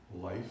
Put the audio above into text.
life